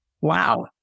Wow